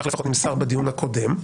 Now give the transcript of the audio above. כך לפחות נמסר בדיון הקודם.